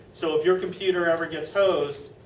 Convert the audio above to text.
so, if your computer ever gets hosed.